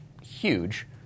huge